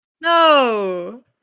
no